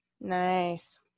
Nice